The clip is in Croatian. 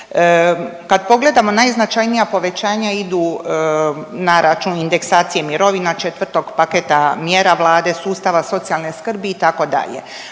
Kad pogledamo najznačajnija povećanja idu na račun indeksacije mirovina, 4. paketa mjera Vlade, sustava socijalne skrbi, itd.